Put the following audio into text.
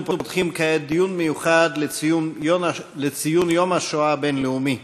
אנחנו פותחים כעת דיון מיוחד לציון יום השואה הבין-לאומי,